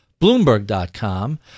Bloomberg.com